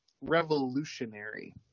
revolutionary